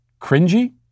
cringy